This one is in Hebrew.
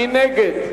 מי נגד?